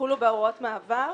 שיחולו בה הוראות מעבר"